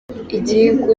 igihugu